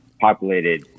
populated